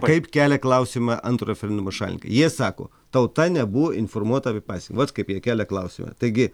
kaip kelia klausimą antro referendumo šalininkai jie sako tauta nebuvo informuota apie pasekems vat kaip jie kelia klausimą taigi